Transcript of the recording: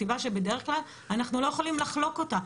סיבה שבדרך כלל אנחנו לא יכולים לחלוק אותה,